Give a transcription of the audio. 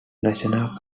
national